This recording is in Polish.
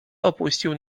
opuścił